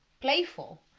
playful